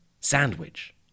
sandwich